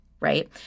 Right